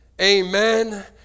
amen